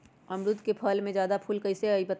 अमरुद क फल म जादा फूल कईसे आई बताई?